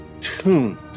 tune